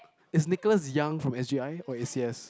is Nicholas-Yong from S_J_I or A_C_S